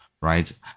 right